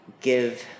give